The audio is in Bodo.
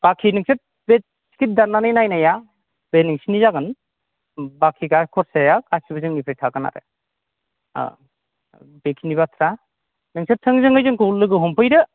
बाखि नोंसोर बे टिकेट दान्नानै नायनाया बे नोंसिनि जागोन बाखि गा खरसाया गासिबो जोंनिफ्राय थागोन आरो बेखिनि बाथ्रा नोंसोरो थोंजोङै जोंखौ लोगो हमफैदो